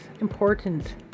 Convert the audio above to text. important